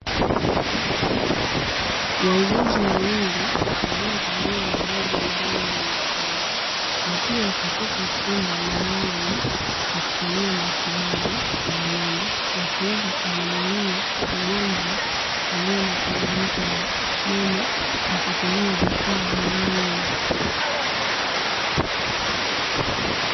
Wauguzi wawili waliovalia mavazi maalumu ya kazi, wakiwa katika chumba maalumu cha kufanyia matibabu ya meno. wakiweza kumuhudumia mgonjwa, aliye na changamoto ya meno, kwa kutumia vifaa maalumu.